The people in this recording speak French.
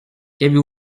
qu’avez